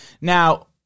Now